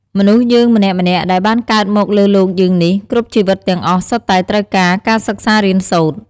មនុស្សយើងម្នាក់ៗដែលបានកើតមកលើលោកយើងនេះ គ្រប់ជីវិតទាំងអស់សុទ្ធតែត្រូវការ ការសិក្សារៀនសូត្រ។